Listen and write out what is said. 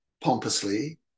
pompously